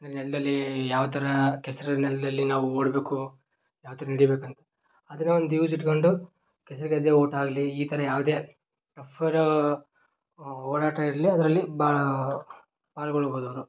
ನೆಲದಲ್ಲಿ ಯಾವ ಥರ ಕೆಸ್ರು ನೆಲದಲ್ಲಿ ನಾವು ಓಡಬೇಕು ಯಾವ ಥರ ನಡಿಬೇಕು ಅಂ ಆದರೆ ಒಂದು ಯೂಸ್ ಇಟ್ಕೊಂಡು ಕೆಸರು ಗದ್ದೆ ಓಟ ಆಗಲಿ ಈ ಥರ ಯಾವುದೇ ಓಡಾಟ ಇರಲಿ ಅದರಲ್ಲಿ ಬಾ ಪಾಲ್ಗೊಳ್ಬೋದು ಅವರು